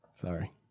sorry